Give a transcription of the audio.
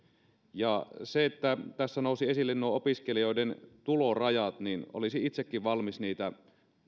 tässä nousivat esille opiskelijoiden tulorajat ja olisin itsekin valmis niitä